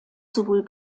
sowohl